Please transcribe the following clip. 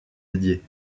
dédiés